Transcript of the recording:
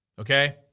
Okay